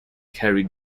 carried